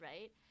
right